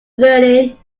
learning